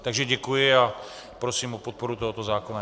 Takže děkuji a prosím o podporu tohoto zákona.